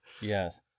Yes